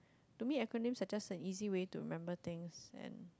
to me acronyms are just an easy way to remember things and